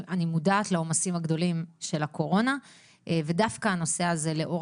אני מודעת לעומסים הגדולים של הקורונה ודווקא הנושא הזה לאור